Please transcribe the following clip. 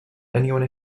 anyone